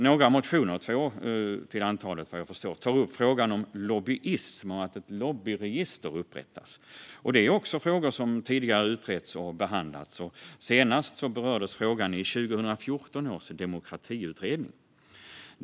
Några motioner - två till antalet - tar upp frågan om lobbyism och att ett lobbyregister ska upprättas. Det är också frågor som tidigare har utretts och behandlats. Senast berördes frågan i 2014 års demokratiutredning.